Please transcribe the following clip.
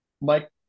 Mike